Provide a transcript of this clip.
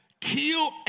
Kill